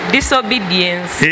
Disobedience